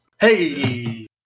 hey